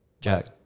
Jack